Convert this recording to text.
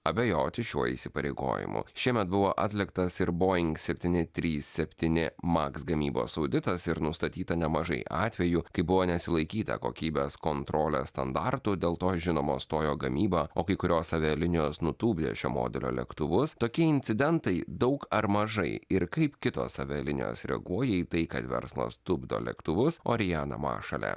abejoti šiuo įsipareigojimu šiemet buvo atliktas ir boeing septyni trys septyni maks gamybos auditas ir nustatyta nemažai atvejų kai buvo nesilaikyta kokybės kontrolės standartų dėl to žinoma stojo gamyba o kai kurios avialinijos nutupdė šio modelio lėktuvus tokie incidentai daug ar mažai ir kaip kitos avialinijos reaguoja į tai kad verslas tupdo lėktuvus orijana maršalė